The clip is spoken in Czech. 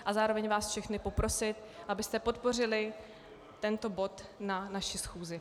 A zároveň vás všechny poprosit, abyste podpořili tento bod na naši schůzi.